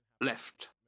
left